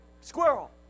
Squirrel